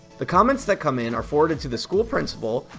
the comments that come in are forwarded to the school principal,